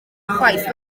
chwaith